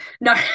No